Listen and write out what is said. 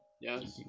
Yes